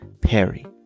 Perry